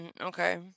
Okay